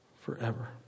forever